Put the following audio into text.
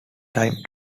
time